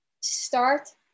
start